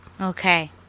Okay